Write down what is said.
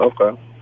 Okay